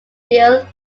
deal